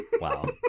Wow